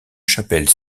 chapelle